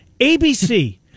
ABC